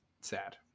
sad